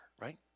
right